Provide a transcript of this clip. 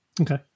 Okay